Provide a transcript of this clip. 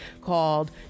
called